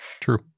true